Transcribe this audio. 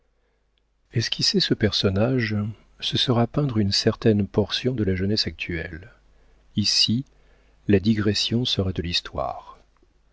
les garder esquisser ce personnage ce sera peindre une certaine portion de la jeunesse actuelle ici la digression sera de l'histoire